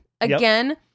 Again